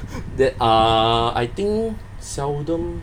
then uh are I think seldom